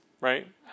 right